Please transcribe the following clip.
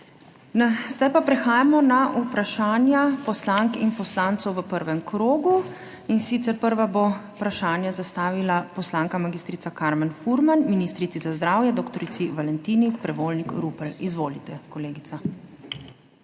Zdaj pa prehajamo na vprašanja poslank in poslancev v prvem krogu, in sicer bo prva vprašanje zastavila poslanka mag. Karmen Furman ministrici za zdravje dr. Valentini Prevolnik Rupel. Izvolite, kolegica.